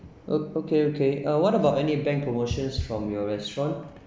ok~ okay uh what about any bank promotions from your restaurant